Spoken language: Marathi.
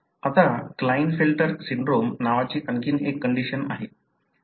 आता क्लाइनफेल्टर सिंड्रोम नावाची आणखी एक कंडिशन आहे